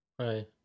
Hi